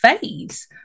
phase